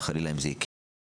חלילה אם זה יקרה.